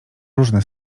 różne